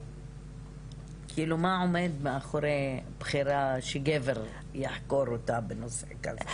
מה עומד מאחורי בחירה שגבר יחקור אותה בנושא כזה?